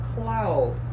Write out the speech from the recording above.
cloud